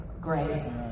great